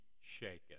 shaken